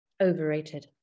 Overrated